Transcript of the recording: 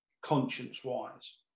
conscience-wise